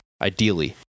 ideally